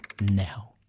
now